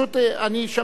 שמענו את דעתך.